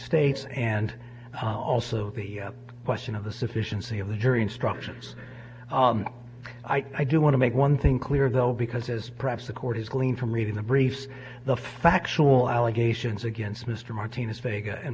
states and also the question of the sufficiency of the jury instructions i do want to make one thing clear though because as perhaps the court has gleaned from reading the briefs the factual allegations against mr martinez